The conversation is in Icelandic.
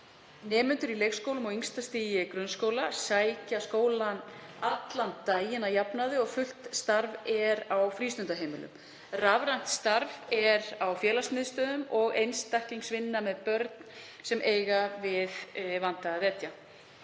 Nemendur í leikskólum og á yngsta stigi grunnskóla sækja skólann allan daginn að jafnaði og fullt starf er á frístundaheimilum. Rafrænt starf er í félagsmiðstöðvum og einstaklingsvinna með börn sem eiga við vanda að etja.